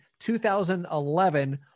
2011